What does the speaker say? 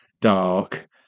dark